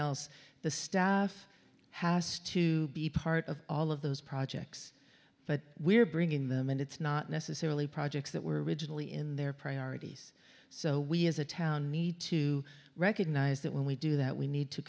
else the staff has to be part of all of those projects but we're bringing them in it's not necessarily projects that were originally in their priorities so we as a town need to recognize that when we do that we need to